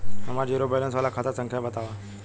हमार zero balance वाला खाता संख्या वतावा?